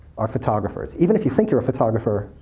are photographers. even if you think you're a photographer,